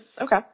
okay